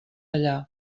allà